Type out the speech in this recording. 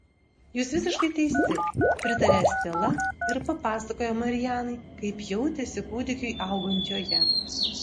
jūs visiškai teisi pritarė estela ir papasakojo marianai kaip jautėsi kūdikiui augant joje